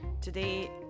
Today